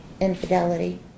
infidelity